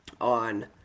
on